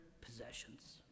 possessions